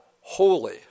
holy